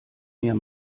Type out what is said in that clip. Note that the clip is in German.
mir